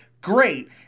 great